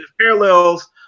parallels